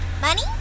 Money